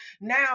now